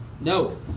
No